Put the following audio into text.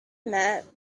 met